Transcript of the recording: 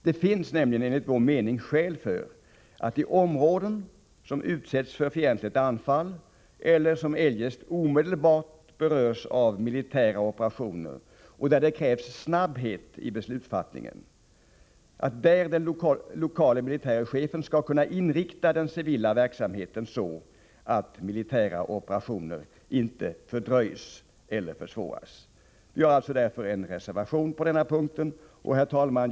Det finns enligt vår mening skäl för att den lokale militäre chefen i områden som utsätts för fientligt anfall eller som eljest omedelbart berörs av militära operationer och där det krävs snabbhet i beslutsfattandet skall kunna ge den civila verksamheten en sådan inriktning att militära operationer inte fördröjs eller försvåras. Vi har därför avgett en reservation på denna punkt. Herr talman!